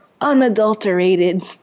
unadulterated